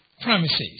promises